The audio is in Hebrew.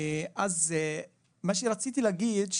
מה שרציתי להגיד,